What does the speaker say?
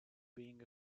being